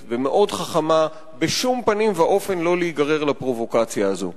וחכמה: בשום פנים ואופן לא להיגרר לפרובוקציה הזאת.